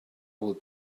with